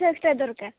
ସସ୍ଟା ଦରକାର